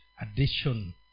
addition